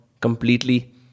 completely